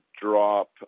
drop